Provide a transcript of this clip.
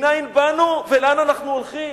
מנין באנו ולאן אנחנו הולכים.